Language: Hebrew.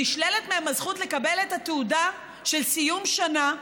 נשללת מהם הזכות לקבל את התעודה של סיום השנה,